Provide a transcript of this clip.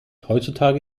heutzutage